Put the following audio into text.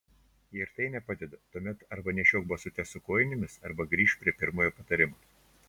jei ir tai nepadeda tuomet arba nešiok basutes su kojinėmis arba grįžk prie pirmojo patarimo